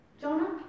Jonah